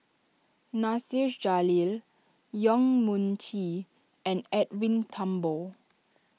Nasir Jalil Yong Mun Chee and Edwin Thumboo